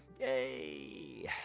Yay